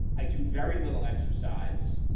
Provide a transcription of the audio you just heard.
i do very little exercise.